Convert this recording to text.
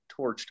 torched